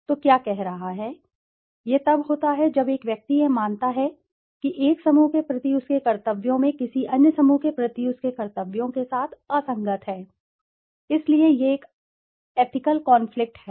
तो क्या कह रहा है यह तब होता है जब एक व्यक्ति यह मानता है कि एक समूह के प्रति उसके कर्तव्यों में किसी अन्य समूह के प्रति उसके कर्तव्यों के साथ असंगत है इसलिए यह एक एथिकल कॉनफ्लिक्ट है